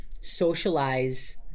socialize